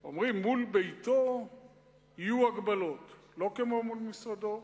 אומרים: מול ביתו יהיו הגבלות, שלא כמו מול משרדו.